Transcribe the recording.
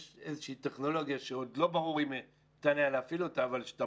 יש איזושהי טכנולוגיה שעוד לא ברור אם ניתן יהיה להפעיל אותה אבל כשאתה